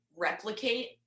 replicate